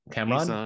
Cameron